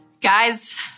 Guys